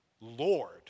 Lord